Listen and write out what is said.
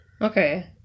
Okay